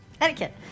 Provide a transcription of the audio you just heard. etiquette